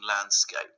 landscape